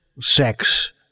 sex